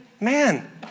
man